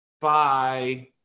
bye